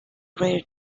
rare